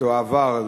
התשע"ב 2012,